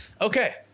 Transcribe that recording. Okay